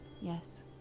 yes